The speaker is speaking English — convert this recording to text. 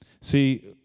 See